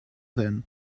then